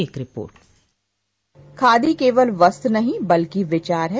एक रिपोर्ट खादी केवल वस्त्र नहीं बल्कि विचार है